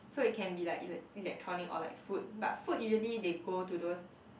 so it can be like elect electronic or like food but food usually they go to those